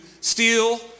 steal